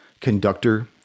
conductor